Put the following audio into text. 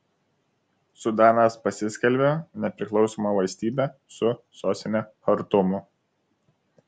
sudanas pasiskelbė nepriklausoma valstybe su sostine chartumu